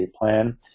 plan